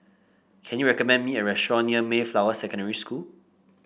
can you recommend me a restaurant near Mayflower Secondary School